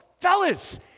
Fellas